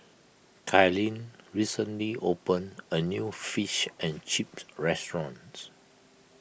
Kaylynn recently opened a new Fish and Chips restaurants